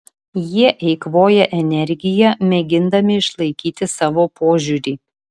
jie eikvoja energiją mėgindami išlaikyti savo požiūrį